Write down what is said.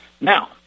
Now